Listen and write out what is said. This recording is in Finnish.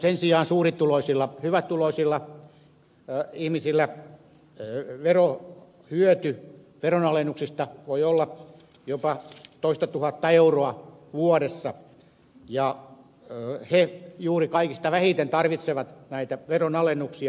sen sijaan suurituloisilla hyvätuloisilla ihmisillä verohyöty veronalennuksista voi olla jopa toistatuhatta euroa vuodessa ja he juuri kaikista vähiten tarvitsevat näitä veronalennuksia